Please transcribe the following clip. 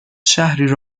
شهری